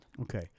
Okay